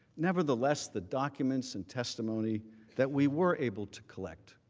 nevertheless, the documents and testimony that we were able to collect